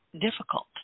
difficult